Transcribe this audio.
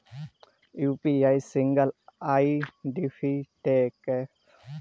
UPI single identification और एक password के साथ हस्थानांतरण की सुविधा देता है